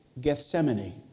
Gethsemane